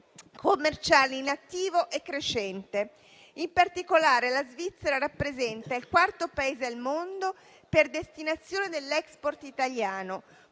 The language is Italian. commerciale in attivo e crescente. In particolare, la Svizzera rappresenta il quarto Paese al mondo per destinazione dell'*export* italiano,